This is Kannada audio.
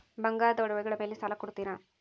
ಬಂಗಾರದ ಒಡವೆಗಳ ಮೇಲೆ ಸಾಲ ಕೊಡುತ್ತೇರಾ?